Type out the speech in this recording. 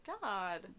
God